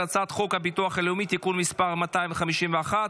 הצעת חוק הביטוח הלאומי (תיקון מס' 251),